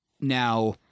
Now